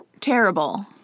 terrible